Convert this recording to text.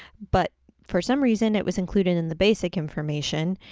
but for some reason it was included in the basic information.